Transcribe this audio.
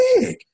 big